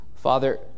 Father